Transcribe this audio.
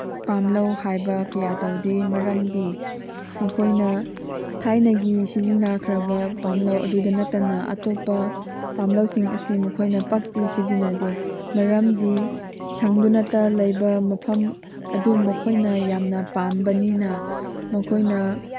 ꯄꯥꯝꯂꯧ ꯍꯥꯏꯕ ꯀꯌꯥ ꯇꯧꯗꯦ ꯃꯔꯝꯗꯤ ꯃꯈꯣꯏꯅ ꯊꯥꯏꯅꯒꯤ ꯁꯤꯖꯤꯟꯅꯈ꯭ꯔꯕ ꯄꯥꯝꯂꯧ ꯑꯗꯨꯗ ꯅꯠꯇꯅ ꯑꯇꯣꯞꯄ ꯄꯥꯝꯂꯧꯁꯤꯡ ꯑꯁꯤ ꯃꯈꯣꯏꯅ ꯄꯥꯛꯇꯤ ꯁꯤꯖꯤꯟꯅꯗꯦ ꯃꯔꯝꯗꯤ ꯁꯪꯗꯨꯅꯇ ꯂꯩꯕ ꯃꯐꯝ ꯑꯗꯨ ꯃꯈꯣꯏꯅ ꯌꯥꯝꯅ ꯄꯥꯝꯕꯅꯤꯅ ꯃꯈꯣꯏꯅ